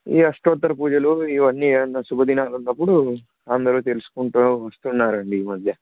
ఈ అష్టోత్తర పూజలు ఇవన్నీ ఏమన్నా శుభదినాలు ఉన్నప్పుడు అందరు తెలుసుకుంటు వస్తున్నారు అం ఈ మధ్య